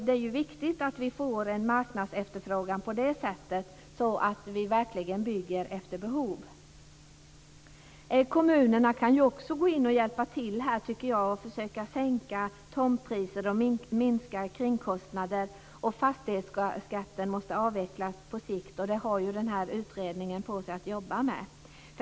Det är viktigt att vi får en marknadsefterfrågan på det sättet att vi verkligen bygger efter behov. Kommunerna kan också gå in och hjälpa till för att försöka sänka tomtpriser och minska kringkostnader. Fastighetsskatten måste avvecklas på sikt, och det håller ju utredningen på att jobba med.